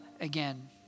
again